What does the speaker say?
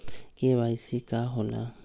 KYC का होला?